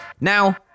Now